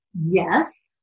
yes